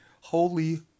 Holy